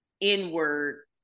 inward